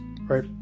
right